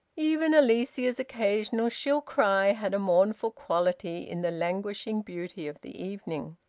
even alicia's occasional shrill cry had a mournful quality in the languishing beauty of the evening.